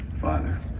father